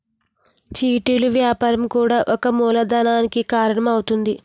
చిట్టీలు వ్యాపారం కూడా ఒక మూలధనానికి కారణం అవుతుంది